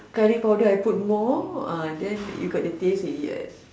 curry powder I put more uh then you got a taste already right